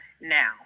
now